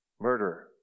murderer